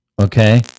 Okay